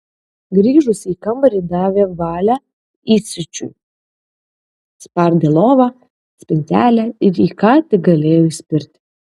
grįžusi į kambarį davė valią įsiūčiui spardė lovą spintelę ir į ką tik galėjo įspirti